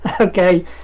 okay